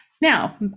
Now